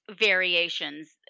variations